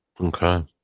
Okay